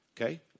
Okay